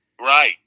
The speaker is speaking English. Right